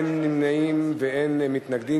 אין נמנעים ואין מתנגדים.